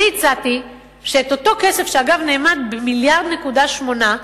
אני הצעתי שאת אותו כסף, שאגב נאמד ב-1.8 מיליארד,